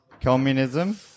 Communism